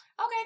Okay